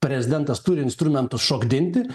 prezidentas turi instrumentus šokdinti